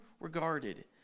regarded